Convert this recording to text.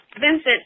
Vincent